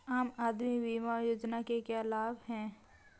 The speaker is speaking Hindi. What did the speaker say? आम आदमी बीमा योजना के क्या लाभ हैं?